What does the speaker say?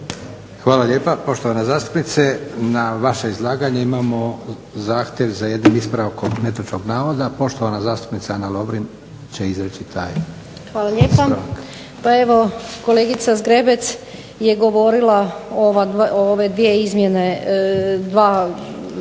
Hvala lijepa. Poštovana zastupnice na vaše izlaganje imamo zahtjev za jednim ispravkom netočnog navoda. Poštovana zastupnica Ana Lovrin će izreći taj ispravak. **Lovrin, Ana (HDZ)** Hvala lijepa. Pa evo kolegica Zgrebec je govorila o ove dvije izmjene u dva smjera